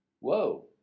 Whoa